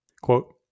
quote